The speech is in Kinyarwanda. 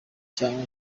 cyangwa